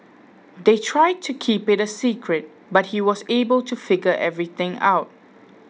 they tried to keep it a secret but he was able to figure everything out